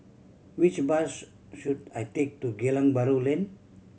which bus should I take to Geylang Bahru Lane